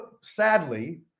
sadly